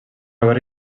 veure